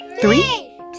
Three